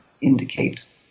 indicate